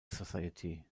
society